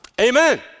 amen